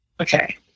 Okay